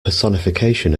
personification